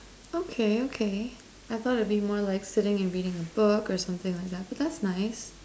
okay okay I thought it'll be more like sitting and reading a book but that's nice